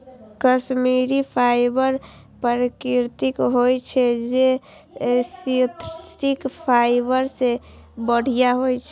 Kashmiri fibre प्राकृतिक होइ छै, जे सिंथेटिक फाइबर सं बढ़िया होइ छै